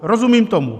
Rozumím tomu.